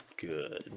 good